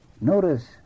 Notice